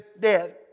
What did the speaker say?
dead